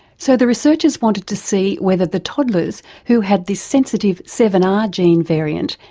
so the researchers wanted to see whether the toddlers who had this sensitive seven r gene variant,